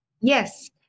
Yes